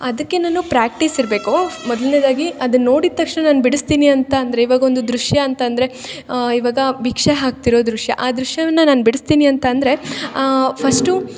ಅದಕ್ಕೆ ನಾನು ಪ್ರಾಕ್ಟೀಸ್ ಇರಬೇಕು ಮೊದ್ಲ್ನೆದಾಗಿ ಅದನ್ನ ನೋಡಿದ ತಕ್ಷಣ ನಾನು ಬಿಡಿಸ್ತೀನಿ ಅಂತ ಅಂದರೆ ಇವಾಗೊಂದು ದೃಶ್ಯ ಅಂತ ಅಂದರೆ ಇವಾಗ ಭಿಕ್ಷೆ ಹಾಕ್ತಿರೋ ದೃಶ್ಯ ಆ ದೃಶ್ಯವನ್ನು ನಾನು ಬಿಡಿಸ್ತೀನಿ ಅಂತ ಅಂದರೆ ಫಸ್ಟು